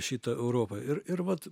šita europa ir ir vat